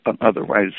otherwise